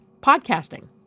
podcasting